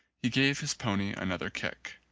he gave his pony another kick.